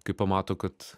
kai pamato kad